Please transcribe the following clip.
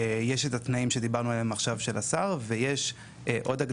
יש את התנאים שדיברנו עליהם עכשיו של השר,